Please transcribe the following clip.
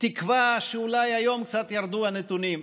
תקווה שאולי היום קצת ירדו הנתונים.